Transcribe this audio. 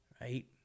right